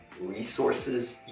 resources